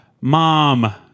mom